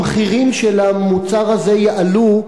המחירים של המוצר זה יעלו,